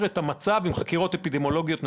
את המצב עם חקירות אפידמיולוגיות בלבד.